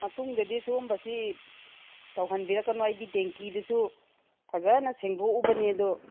ꯃꯇꯨꯡꯗꯗꯤ ꯁꯤꯒꯨꯝꯕꯁꯤ ꯇꯧꯍꯟꯕꯤꯔꯛꯀꯅꯨ ꯑꯩꯗꯤ ꯇꯦꯟꯀꯤꯗꯨꯁꯨ ꯐꯖꯅ ꯁꯦꯡꯗꯣꯛꯎꯕꯅꯤ ꯑꯗꯣ